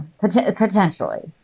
potentially